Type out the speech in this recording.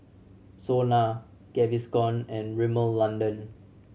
SONA Gaviscon and Rimmel London